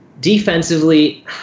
Defensively